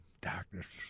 darkness